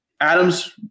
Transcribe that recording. Adams